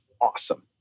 awesome